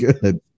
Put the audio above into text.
Good